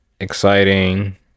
exciting